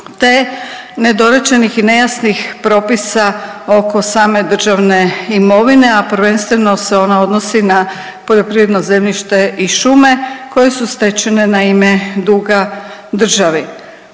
te nedorečenih i nejasnih propisa oko same državne imovine, a prvenstveno se ona odnosi na poljoprivredno zemljište u šume koje su stečene na ime druga državi.